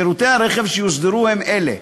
שירותי הרכב שיוסדרו הם אלה: